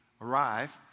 arrive